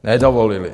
Nedovolili.